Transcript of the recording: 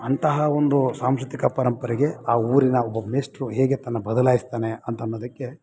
ಅಂತಹ ಒಂದು ಸಾಂಸ್ಕೃತಿಕ ಪರಂಪರೆಗೆ ಆ ಊರಿನ ಒಬ್ಬ ಮೇಷ್ಟ್ರು ಹೇಗೆ ತನ್ನ ಬದಲಾಯಿಸ್ತಾನೆ ಅಂತ ಅನ್ನೋದಕ್ಕೆ